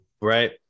right